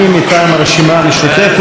מטעם הרשימה המשותפת.